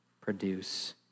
produce